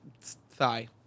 thigh